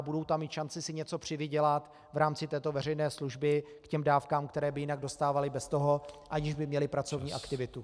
Budou tam mít šanci si něco přivydělat v rámci této veřejné služby k dávkám, které by jinak dostávali bez toho, aniž by měli pracovní aktivitu.